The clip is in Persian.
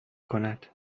کند